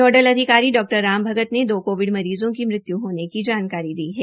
nodal अधिकारी Dr Ram Bhagat ने दो कोविड मरीज़ों की मृत्य् होने की जानकारी भी दी है